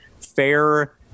Fair